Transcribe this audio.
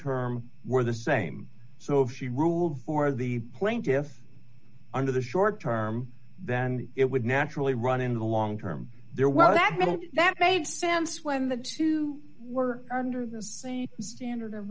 term were the same so if she ruled for the plaintiffs under the short term then it would naturally run in the long term they're well that that made sense when the two were under the same standard of